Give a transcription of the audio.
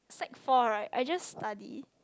like four right I just study